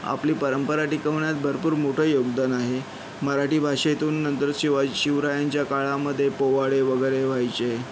आपली परंपरा टिकवण्यात भरपूर मोठं योगदान आहे मराठी भाषेतून नंतर शिवाज शिवरायांच्या काळामध्ये पोवाडे वगैरे व्हायचे